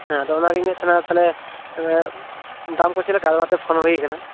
ᱦᱮᱸ ᱟᱫᱚ ᱚᱱᱟᱜᱤᱧ ᱢᱮᱱᱮᱫ ᱛᱟᱦᱮᱱᱟ ᱛᱟᱦᱚᱞᱮ ᱫᱟᱢ ᱠᱚ ᱪᱮᱫ ᱞᱮᱠᱟ ᱚᱱᱟᱛᱮ ᱯᱷᱳᱱ ᱦᱩᱭᱟᱠᱟᱱᱟ